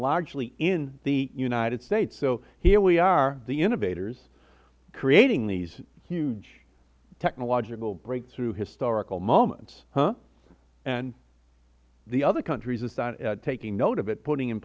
largely in the united states so here we are the innovators creating these huge technological breakthrough historical moments and the other countries are taking note of it putting in